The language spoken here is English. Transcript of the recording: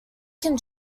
can